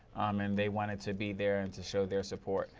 and they wanted to be there and to show their support.